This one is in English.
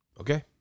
Okay